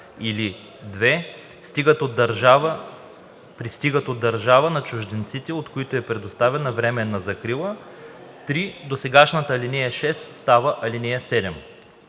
или 2. пристигат от държава, на чужденците от която е предоставена временна закрила.“ 3. Досегашната ал. 6 става ал. 7.“